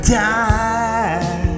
die